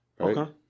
Okay